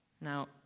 Now